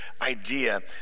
idea